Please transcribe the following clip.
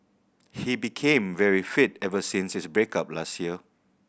he became very fit ever since his break up last year